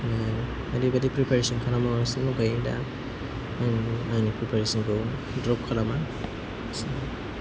आङो ओरैबायदि प्रिपेरेसन खालामबोगासिनो दंखायो दा आं आंनि प्रिपेरेसनखौ द्रप खालामा एसेनोसै